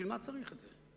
בשביל מה צריך את זה?